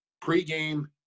pre-game